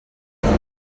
compte